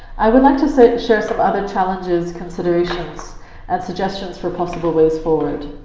i would like to so share some other challenges, considerations and suggestions for possible ways forward